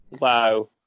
Wow